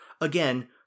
again